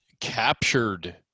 captured